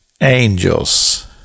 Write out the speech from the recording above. angels